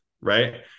right